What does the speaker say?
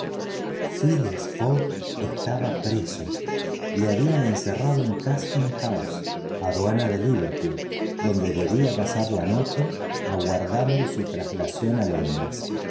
phileas fogg estaba preso lo habían encerrado en la aduana de liverpool donde debía pasar la noche aguardando su traslación a londres